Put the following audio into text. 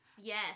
Yes